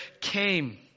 came